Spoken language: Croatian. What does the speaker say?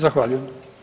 Zahvaljujem.